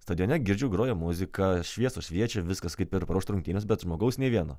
stadione girdžiu groja muzika šviesos šviečia viskas kaip ir paruošta rungtynes bet žmogaus nei vieno